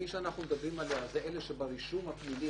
מי שאנחנו מדברים עליו זה אלה שברישום הפלילי